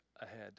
ahead